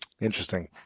Interesting